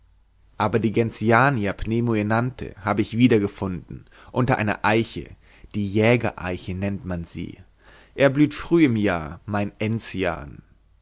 aber die gentiana pneumenanthe habe ich wieder gefunden unter einer eiche die jägereiche nennt man sie er blüht früh im jahr mein enzian